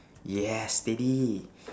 yeah steady